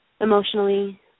emotionally